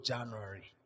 January